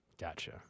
Gotcha